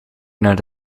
naar